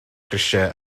grisiau